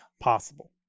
possible